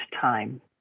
time